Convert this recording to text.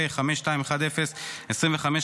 פ/5210/25,